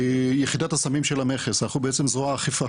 יחידת הסמים של המכס, אנחנו בעצם זרוע האכיפה